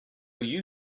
you